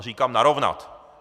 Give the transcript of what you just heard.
A říkám narovnat!